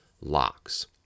locks